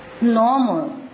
normal